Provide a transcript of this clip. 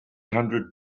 hundred